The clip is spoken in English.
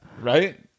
Right